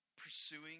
pursuing